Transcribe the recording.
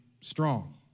strong